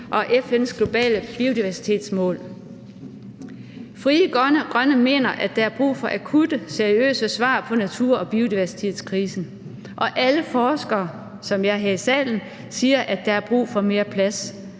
og FN's globale biodiversitetsmål. Kl. 18:22 Frie Grønne mener, at der akut er brug for seriøse svar på natur- og biodiversitetskrisen, og alle forskere, ligesom jer her i salen, siger, at der er brug for mere plads.